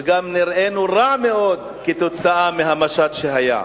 וגם נראינו רע מאוד כתוצאה מהמשט שהיה.